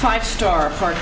five star part